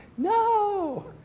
No